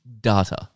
data